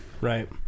Right